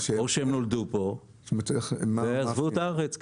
או נולדו פה, ועזבו את הארץ.